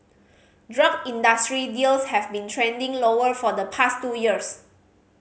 drug industry deals have been trending lower for the past two years